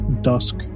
Dusk